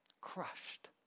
crushed